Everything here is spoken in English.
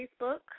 Facebook